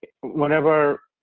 whenever